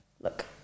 Look